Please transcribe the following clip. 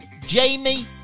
Jamie